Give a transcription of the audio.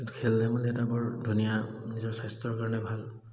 খেল ধেমালি এটা বৰ ধুনীয়া নিজৰ স্বাস্থ্যৰ কাৰণে ভাল